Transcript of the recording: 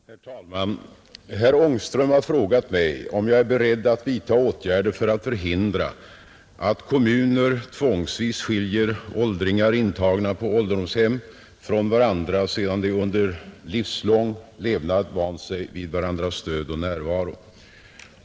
Herr talman! Herr Ångström har frågat mig om jag är beredd att vidtaga åtgärder för att förhindra att kommuner tvångsvis skiljer åldringar, intagna på ålderdomshem, från varandra sedan de under livslång levnad vant sig vid varandras stöd och närvaro.